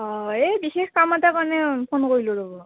অঁ এই বিশেষ কাম এটা কাৰণে ফোন কৰিলোঁ ৰ'ব